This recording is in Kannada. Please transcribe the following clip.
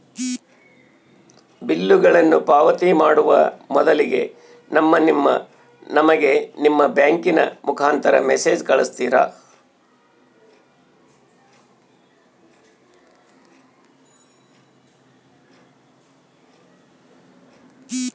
ಬಿಲ್ಲುಗಳನ್ನ ಪಾವತಿ ಮಾಡುವ ಮೊದಲಿಗೆ ನಮಗೆ ನಿಮ್ಮ ಬ್ಯಾಂಕಿನ ಮುಖಾಂತರ ಮೆಸೇಜ್ ಕಳಿಸ್ತಿರಾ?